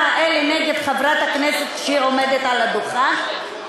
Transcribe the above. האלה נגד חברת הכנסת שעומדת על הדוכן?